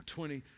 Twenty